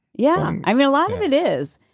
yeah. i mean a lot of it is.